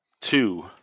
two